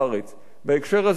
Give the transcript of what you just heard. בהקשר הזה אני רוצה,